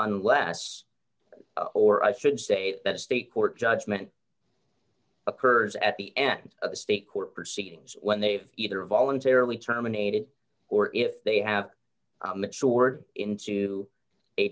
unless or d i should say that state court judgment occurs at the end of the state court proceedings when they've either voluntarily terminated or if they have mature into a